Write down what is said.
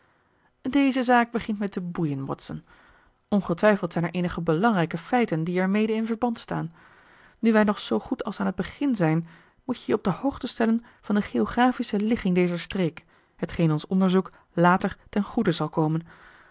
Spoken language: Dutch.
deze zaak begint mij te boeien watson ongetwijfeld zijn er eenige belangrijke feiten die er mede in verband staan nu wij nog zoo goed als aan het begin zijn moet je je op de hoogte stellen van de geographische ligging dezer streek hetgeen ons onderzoek later ten goede zal komen